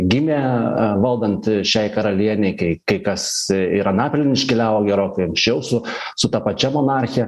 gimė valdant šiai karalienei kai kai kas ir anapilin iškeliavo gerokai anksčiau su su ta pačia monarchija